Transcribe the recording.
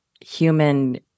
human